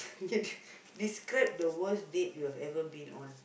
you can describe the worst date you've ever been on